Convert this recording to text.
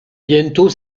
bientôt